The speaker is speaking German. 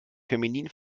feminin